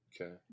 Okay